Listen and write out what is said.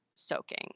soaking